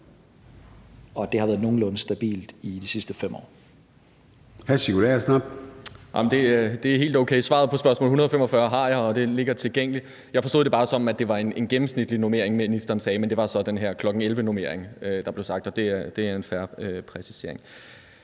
at det har været nogenlunde stabilt i de sidste 5 år.